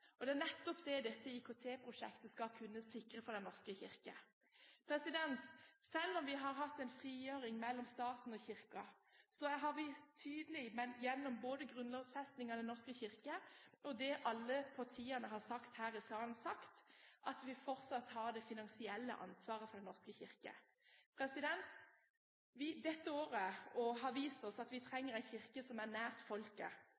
Det er nettopp det dette IKT-prosjektet skal kunne sikre for Den norske kirke. Selv om vi har hatt en frigjøring mellom staten og Kirken, er det tydelig både gjennom grunnlovfestingen av Den norske kirke og det alle partiene her i salen har sagt, at vi fortsatt har det finansielle ansvaret for Den norske kirke. Dette året har vist oss at vi trenger en kirke som er nær folket.